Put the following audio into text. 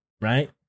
right